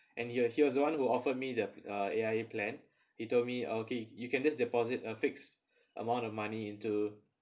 and he was he was the one who offer me the uh A_I_A plan he told me okay you can just deposit a fixed amount of money into